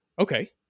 Okay